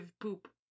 poop